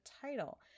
title